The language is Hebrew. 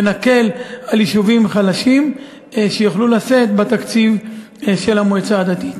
ונקל על יישובים חלשים כדי שיוכלו לשאת בתקציב של המועצה הדתית.